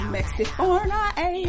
Mexifornia